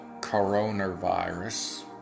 coronavirus